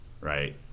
right